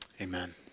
Amen